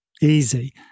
easy